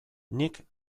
nik